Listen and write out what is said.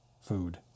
food